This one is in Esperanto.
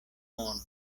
mono